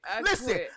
Listen